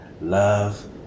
love